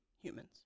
humans